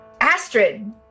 Astrid